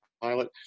pilot